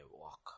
walk